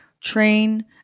train